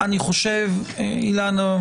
אילנה,